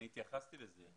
אני התייחסתי לזה.